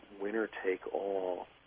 winner-take-all